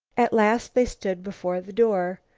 at last they stood before the door.